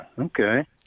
Okay